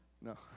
No